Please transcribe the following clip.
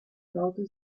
traute